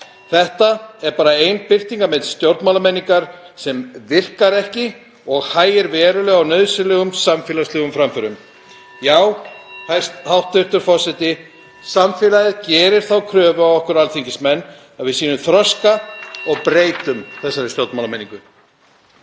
Þetta er bara ein birtingarmynd stjórnmálamenningar sem virkar ekki og hægir verulega á nauðsynlegum samfélagslegum framförum. (Forseti hringir.) Já, hæstv. forseti, samfélagið gerir þá kröfu á okkur alþingismenn að við sýnum þroska og breytum þessari stjórnmálamenningu.